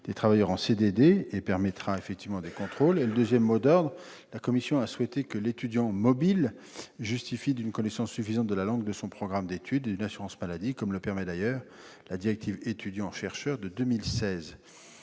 des travailleurs en CDD, et il permettra des contrôles effectifs. D'autre part, la commission a souhaité que l'étudiant mobile justifie d'une connaissance suffisante de la langue de son programme d'études et d'une assurance maladie, comme le permet d'ailleurs la directive du 11 mai 2016.